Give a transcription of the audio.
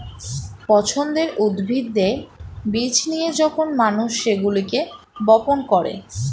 পছন্দের উদ্ভিদের বীজ নিয়ে যখন মানুষ সেগুলোকে বপন করে